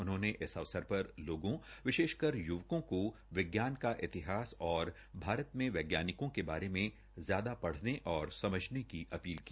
उन्होंने इस अवसर पर लोगों विशेषकर य्वकों को विज्ञान का इतिहास और भारत में वैज्ञानिकों के बारे में ज्यादा पढ़ने और समझने की अपील की